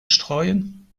streuen